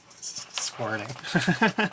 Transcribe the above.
Squirting